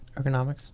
ergonomics